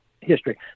history